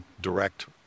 direct